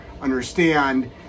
understand